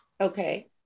Okay